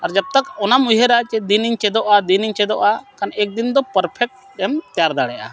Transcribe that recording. ᱟᱨ ᱡᱚᱵᱛᱚᱠ ᱚᱱᱟᱢ ᱩᱭᱦᱟᱹᱨᱟ ᱡᱮ ᱫᱤᱱᱤᱧ ᱪᱮᱫᱚᱜᱼᱟ ᱫᱤᱱᱤᱧ ᱪᱮᱫᱚᱜᱼᱟ ᱠᱷᱟᱱ ᱮᱠᱫᱤᱱ ᱫᱚ ᱯᱟᱨᱯᱷᱮᱠᱴ ᱮᱢ ᱛᱮᱭᱟᱨ ᱫᱟᱲᱮᱭᱟᱜᱼᱟ